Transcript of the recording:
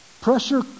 Pressure